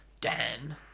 Dan